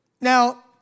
Now